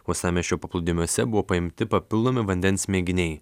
uostamiesčio paplūdimiuose buvo paimti papildomi vandens mėginiai